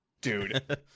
dude